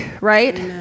right